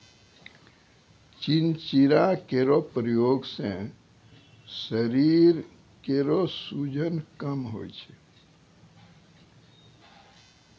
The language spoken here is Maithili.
चिंचिड़ा केरो प्रयोग सें शरीर केरो सूजन कम होय छै